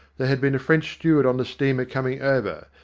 there had been a french steward on the steamer coming over,